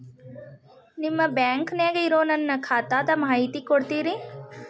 ನಿಮ್ಮ ಬ್ಯಾಂಕನ್ಯಾಗ ಇರೊ ನನ್ನ ಖಾತಾದ ಮಾಹಿತಿ ಕೊಡ್ತೇರಿ?